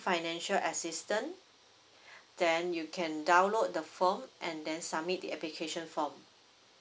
financial assistance then you can download the form and then submit the application form